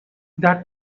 that